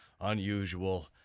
unusual